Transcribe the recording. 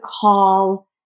call